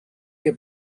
che